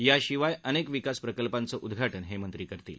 याशिवाय अनेक विकास प्रकल्पांचं उद्घाटन हे मंत्री करतील